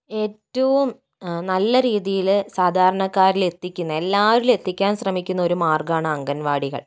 ഏറ്റവും നല്ല രീതിയിൽ സാധാരണക്കാരിൽ എത്തിക്കുന്ന എല്ലാവരിലും എത്തിക്കാൻ ശ്രമിക്കുന്ന ഒരു മാർഗ്ഗമാണ് അംഗൻവാടികൾ